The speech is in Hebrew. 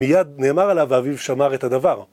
מיד נאמר עליו ואביו שמר את הדבר.